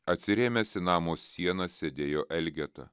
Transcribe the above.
atsirėmęs į namo sieną sėdėjo elgeta